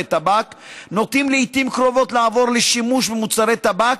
טבק נוטים לעיתים קרובות לעבור לשימוש במוצרי טבק,